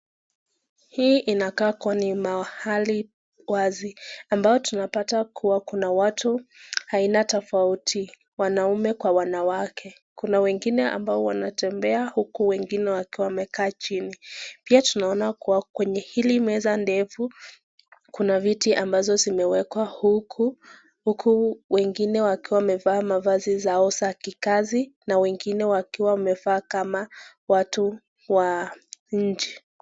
Hapa panakaa kuwa ni mahali wazi, ambapo tunapata kuwa kuna watu aina tofauti wanaume kwa wanawake. Kuna ambao wanaotembea huku wengine wameketi. Pia Kwenye hili Meza ndefu kuna vitu zimewekwa, huku wengine wamevaa mavazi Yao ya kikazi na wengine wamevaa kama watu wa nje.